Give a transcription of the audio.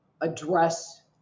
address